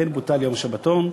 לכן בוטל יום השבתון.